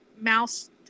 mouse